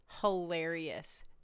hilarious